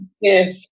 Yes